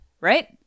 Right